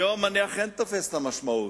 היום אני אכן תופס את המשמעות,